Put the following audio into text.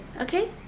Okay